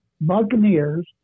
Buccaneers